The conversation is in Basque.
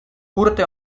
urte